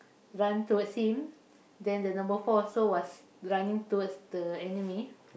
run towards him then the number four also was running towards the enemy